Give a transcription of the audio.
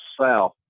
south